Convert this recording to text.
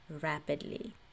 rapidly